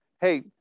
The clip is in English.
hey